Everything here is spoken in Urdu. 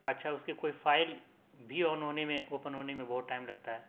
اچھا اس کی کوئی فائل بھی آن ہونے میں اوپن ہونے میں بہت ٹائم لگتا ہے